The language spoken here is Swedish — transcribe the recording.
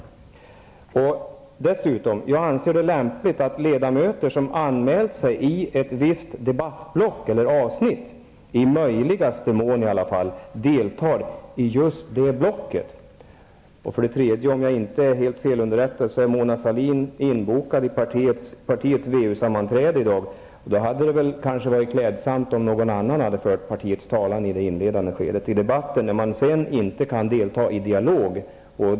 Jag anser det dessutom lämpligt att ledamöter som anmält sig till ett visst debattavsnitt i möjligaste mån deltar i debatten i just det blocket. Om jag inte är helt felunderrättad är Mona Sahlin inbokad för partiets VU-sammanträde i dag. Det hade då kanske varit klädsamt om någon annan hade fört partiets talan i det inledande skedet av debatten, eftersom Mona Sahlin sedan inte kunde delta i debatten.